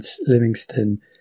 Livingston